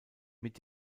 mit